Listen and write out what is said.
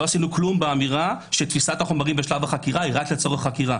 לא עשינו כלום באמירה שתפיסת החומרים בשלב החקירה היא רק לצורך החקירה,